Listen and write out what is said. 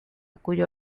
cuyo